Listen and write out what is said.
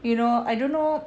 you know I don't know